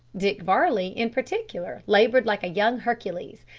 dick varley, in particular, laboured like a young hercules,